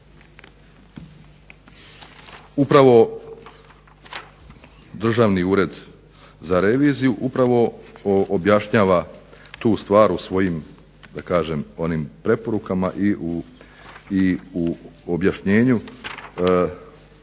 upravo Državni ured za reviziju objašnjava tu stvar u svojim da kažem onim preporukama i u objašnjenju